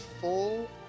full